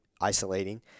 isolating